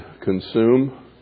consume